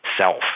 self